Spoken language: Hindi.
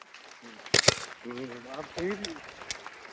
ह्म्म ह्म्म ह्म्म अब कोई भी